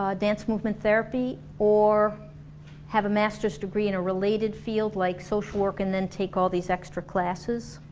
ah dance movement therapy or have a masters degree in a related field like social work and then take all these extra classes